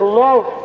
love